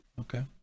okay